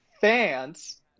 fans